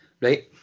Right